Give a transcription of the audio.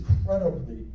incredibly